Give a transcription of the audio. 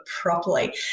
properly